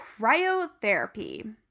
Cryotherapy